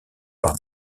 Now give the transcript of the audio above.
par